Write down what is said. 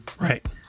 Right